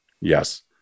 Yes